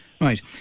Right